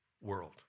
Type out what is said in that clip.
world